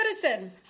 citizen